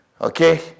okay